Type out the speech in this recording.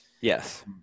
Yes